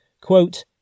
quote